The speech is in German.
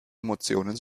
emotionen